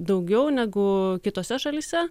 daugiau negu kitose šalyse